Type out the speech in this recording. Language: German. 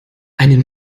einen